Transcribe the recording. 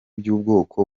by’ubwoko